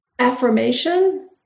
affirmation